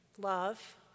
Love